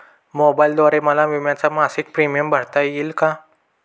मोबाईलद्वारे मला विम्याचा मासिक प्रीमियम भरता येईल का?